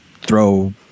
throw